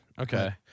Okay